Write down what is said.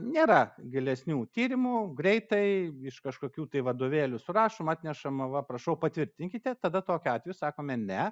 nėra gilesnių tyrimų greitai iš kažkokių tai vadovėlių surašoma atnešama va prašau patvirtinkite tada tokiu atveju sakome ne